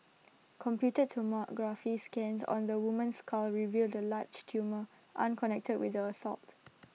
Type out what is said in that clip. computed tomography scans on the woman's skull revealed A large tumour unconnected with the assault